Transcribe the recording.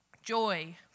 Joy